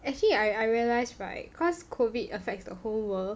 actually I I realise right cause COVID affects the whole world